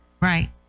Right